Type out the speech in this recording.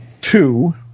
two